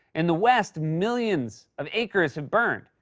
in the west, millions of acres have burned,